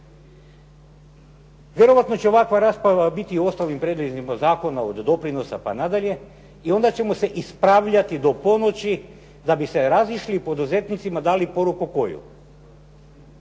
Vjerojatno će ovakva rasprava biti o ostalim prijedlozima zakona od doprinosa pa nadalje i onda ćemo se ispravljati do ponoći da bi se razišli i poduzetnicima dali poruku koju.